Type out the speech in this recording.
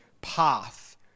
path